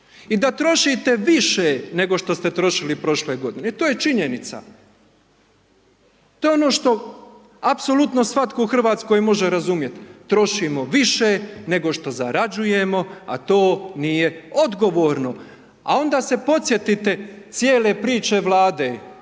i da trošite više nego što ste trošili prošle g. I to je činjenica, to je ono što apsolutno svatko u Hrvatskoj može razumjeti, trošimo više, nego što zarađujemo, a to nije odgovorno. A onda se podsjetiti cijele priče vlade,